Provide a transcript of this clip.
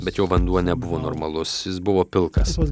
bet jau vanduo nebuvo normalus jis buvo pilkas